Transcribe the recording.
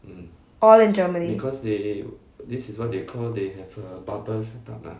all in germany